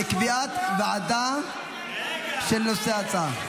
לקביעת ועדה לנושא ההצעה.